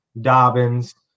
Dobbins